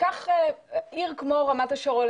קח עיר כמו רמת השרון.